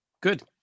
Good